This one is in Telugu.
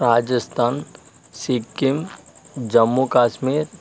రాజస్థాన్ సిక్కిం జమ్ము కాశ్మీర్